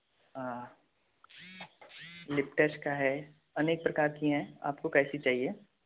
लिपटस का है अनेक प्रकार की है आपको कैसी चाहिए